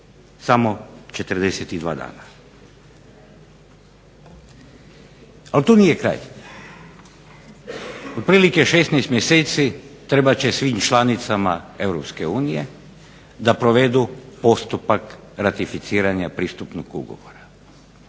samo 42 dana. Ali tu nije kraj. Otprilike 16 mjeseci trebat će svim članicama EU da provedu postupak ratificiranja pristupnog ugovora.